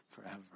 forever